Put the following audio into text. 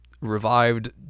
revived